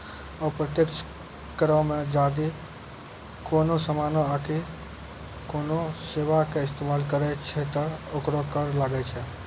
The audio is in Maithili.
अप्रत्यक्ष करो मे जदि कोनो समानो आकि कोनो सेबा के इस्तेमाल करै छै त ओकरो कर लागै छै